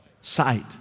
sight